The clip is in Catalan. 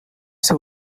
ser